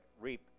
reap